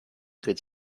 could